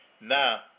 Now